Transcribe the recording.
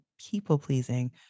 people-pleasing